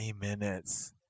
minutes